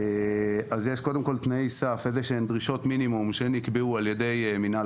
אז יש קודם כל דרישות מינימום שנקבעו על ידי מינהל